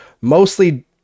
mostly